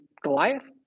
Goliath